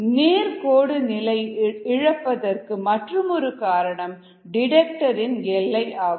நேர்கோடு நிலை இழப்பதற்கு மற்றுமொரு காரணம் டிடெக்டர் இன் எல்லை ஆகும்